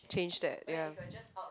change that ya